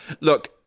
look